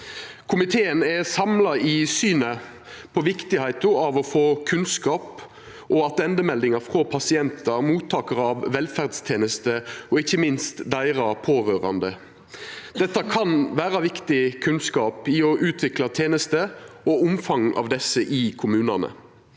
Komiteen er samla i synet på viktigheita av å få kunnskap og attendemeldingar frå pasientar og mottakarar av velferdstenester, og ikkje minst frå deira pårørande. Dette kan vera viktig kunnskap for å utvikla tenes ter og omfanget av desse i kommunane.